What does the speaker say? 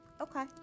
Okay